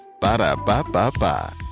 Ba-da-ba-ba-ba